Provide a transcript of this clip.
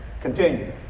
continue